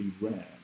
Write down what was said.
rare